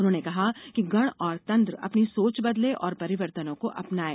उन्होने कहा कि गण और तंत्र अपनी सोच बदले और परिवर्तनों को अपनाएं